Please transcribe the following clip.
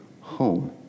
home